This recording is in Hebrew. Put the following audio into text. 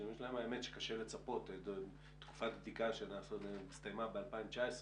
גם קשה לצפות שהדברים ישתנו בתקופת בדיקה שהסתיימה ב-2019,